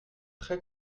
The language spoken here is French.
très